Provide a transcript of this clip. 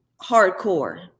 hardcore